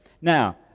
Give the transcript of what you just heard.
Now